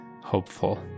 hopeful